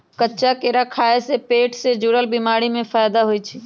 कच्चा केरा खाय से पेट से जुरल बीमारी में फायदा होई छई